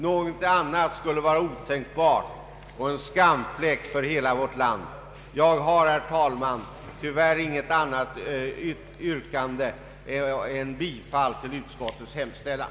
Någonting annat skulle vara otänkbart och en skamfläck för hela vårt land. Jag har, herr talman, tyvärr inget annat yrkande än om bifall till utskottets hemställan.